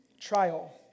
trial